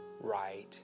Right